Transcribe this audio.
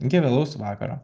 iki vėlaus vakaro